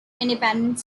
independent